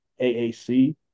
AAC